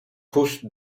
pushed